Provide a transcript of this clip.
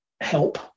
help